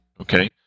okay